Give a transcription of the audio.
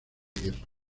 guerra